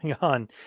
on